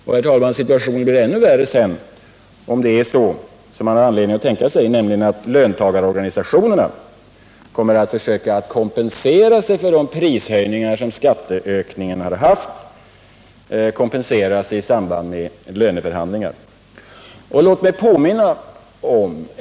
Och situationen blir sedan ännu värre om — som man har anledning att förmoda — löntagarorganisationerna kommer att försöka att i samband med löneförhandlingar kompensera sig för de prishöjningar som skatteökningen medfört.